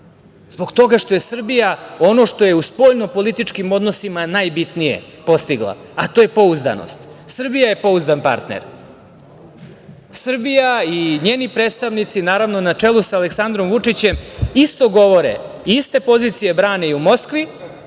Zbog toga što je Srbija ono što je u spoljnopolitičkim odnosima najbitnije postigla, a to je pouzdanost. Srbija je pouzdan partner. Srbija i njeni predstavnici, naravno, na čelu sa Aleksandrom Vučićem, isto govore, iste pozicije brane i u Moskvi,